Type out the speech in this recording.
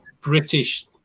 British